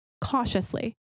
cautiously